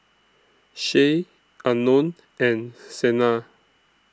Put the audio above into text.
Shay Unknown and Sena